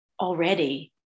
already